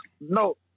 No